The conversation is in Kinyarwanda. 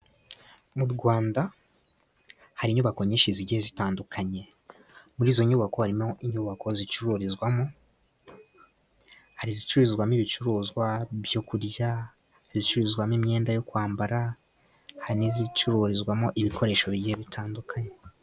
Mu Rwanda hari inyubako nyinshi zigiye zitandukanye. Muri izo nyubako harimo inyubako zicururizwamo. Hari izicuruzwamo ibicuruzwa byo kurya, izicururizwamo imyenda yo kwambara, hari n'izicururizwamo ibikoresho bigiye bitandukanye.